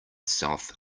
south